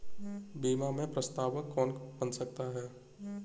बीमा में प्रस्तावक कौन बन सकता है?